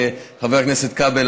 חבר הכנסת כבל,